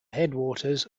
headwaters